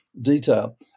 detail